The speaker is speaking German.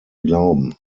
glauben